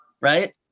right